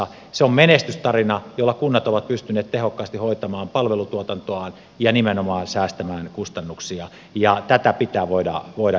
se on menestystarina jolla kunnat ovat pystyneet tehokkaasti hoitamaan palvelutuotantoaan ja nimenomaan säästämään kustannuksia ja tätä pitää voida edelleenkin tehdä